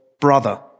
brother